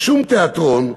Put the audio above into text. שום תיאטרון,